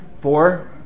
Four